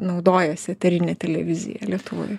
naudojasi eterine televizija lietuvoj